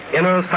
Inner